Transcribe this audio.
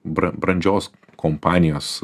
bra brandžios kompanijos